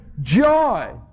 Joy